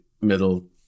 middle